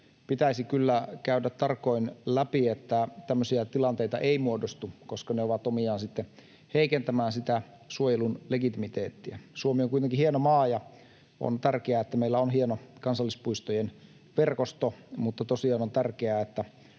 pitäisi kyllä käydä tarkoin läpi, että tämmöisiä tilanteita ei muodostu, koska ne ovat omiaan heikentämään sitä suojelun legitimiteettiä. Suomi on kuitenkin hieno maa, ja on tärkeää, että meillä on hieno kansallispuistojen verkosto, mutta tosiaan on tärkeää, että